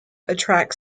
attract